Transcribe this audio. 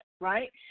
right